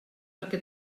perquè